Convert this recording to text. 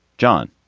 john,